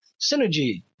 Synergy